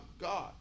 God